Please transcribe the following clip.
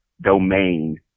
domain